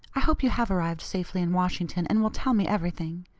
i hope you have arrived safely in washington, and will tell me everything.